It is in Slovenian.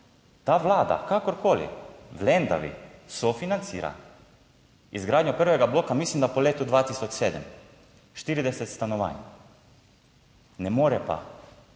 kakorkoli v Lendavi sofinancira izgradnjo prvega bloka, mislim, da po letu 2007, 40 stanovanj. Ne more pa